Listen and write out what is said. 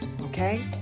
Okay